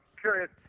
curious